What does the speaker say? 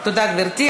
תודה, גברתי.